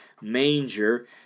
Manger